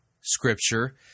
Scripture